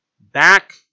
back